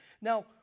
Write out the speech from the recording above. Now